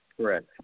Correct